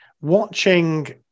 watching